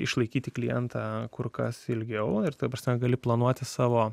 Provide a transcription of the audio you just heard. išlaikyti klientą kur kas ilgiau ir ta prasme gali planuoti savo